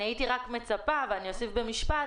אני אוסיף משפט